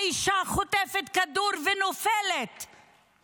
האישה חוטפת כדור ונופלת,